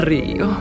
Rio